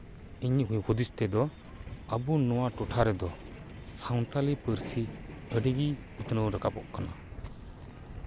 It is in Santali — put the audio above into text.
ᱤᱧᱟᱹᱜ ᱦᱩᱫᱤᱥ ᱛᱮᱫᱚ ᱟᱵᱚ ᱱᱚᱣᱟ ᱴᱚᱴᱷᱟ ᱨᱮᱫᱚ ᱥᱟᱱᱛᱟᱞᱤ ᱯᱟᱹᱨᱥᱤ ᱟᱹᱰᱤᱜᱮ ᱩᱛᱱᱟᱹᱣ ᱨᱟᱠᱟᱵᱚᱜ ᱠᱟᱱᱟ